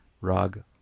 Rag